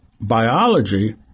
biology